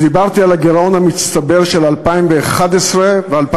דיברתי על הגירעון המצטבר של 2011 ו-2012.